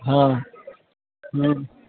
हाँ हम